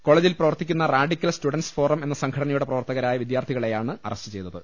കോളജിൽ പ്രവർത്തിക്കുന്ന radical students forum എന്ന സംഘടനയുടെ പ്രവർത്തകരായ വിദ്യാർഥികളെയാണ് അറസ്റ്റ് ചെയ്തത്